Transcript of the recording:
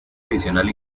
adicional